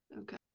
okay